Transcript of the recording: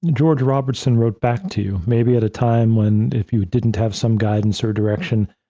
george robertson wrote back to you, maybe at a time when if you didn't have some guidance or direction,